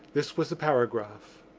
this was the paragraph